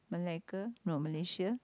malacca no Malaysia